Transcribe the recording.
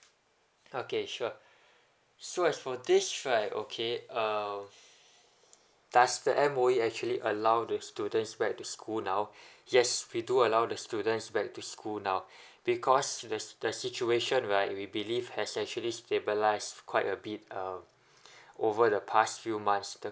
okay sure so as for this right okay um does the M_O_E actually allow the students back to school now yes we do allow the students back to school now because the the situation right we believe has actually stabilize quite a bit um over the past few months